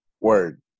word